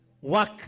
work